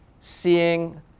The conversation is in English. seeing